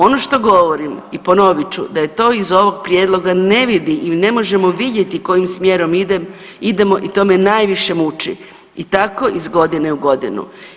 Ono što govorim i ponovit ću da je to iz ovog prijedloga ne vidi i ne možemo vidjeti kojim smjerom idemo i to me najviše muči i tako iz godine u godinu.